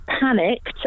panicked